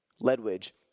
Ledwidge